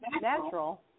natural